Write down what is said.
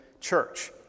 church